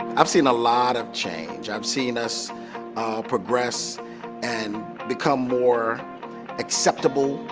i've seen a lot of change, i've seen us ah progress and become more acceptable,